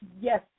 yes